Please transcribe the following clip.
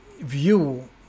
view